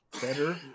better